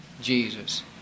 Jesus